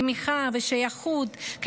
תמיכה ושייכות,